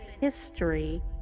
history